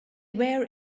were